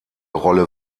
rolle